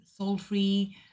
Soulfree